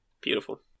Beautiful